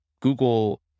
Google